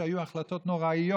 היו החלטות נוראיות,